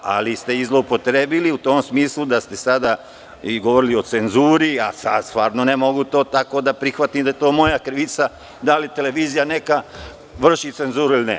Ali ste i zloupotrebili, u tom smislu da ste sada govorili o cenzuri, a sad stvarno ne mogu to tako da prihvatim da je to moja krivica, da li televizija neka vrši cenzuru ili ne.